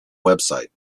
website